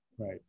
Right